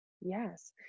Yes